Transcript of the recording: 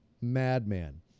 madman